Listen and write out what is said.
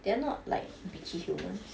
they're not like bitchy humans